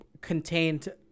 contained –